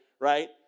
right